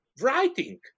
writing